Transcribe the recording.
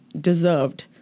deserved